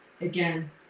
Again